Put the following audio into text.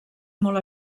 molt